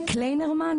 קליינרמן?